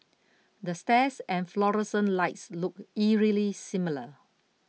the stairs and fluorescent lights look eerily similar